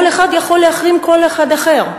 כל אחד יכול להחרים כל אחד אחר,